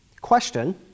Question